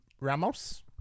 Ramos